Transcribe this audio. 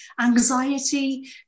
anxiety